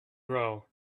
grow